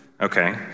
okay